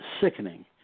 sickening